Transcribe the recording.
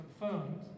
confirmed